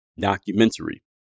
documentary